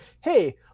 hey